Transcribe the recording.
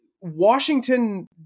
Washington